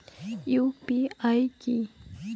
UPI কি?